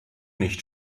nicht